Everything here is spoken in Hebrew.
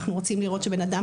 אנחנו רוצים לראות שבן אדם,